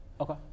Okay